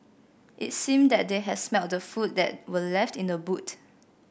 it seemed that they had smelt the food that were left in the boot